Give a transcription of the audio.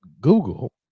Google